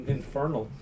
Infernal